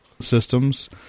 systems